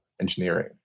engineering